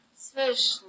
Zwischen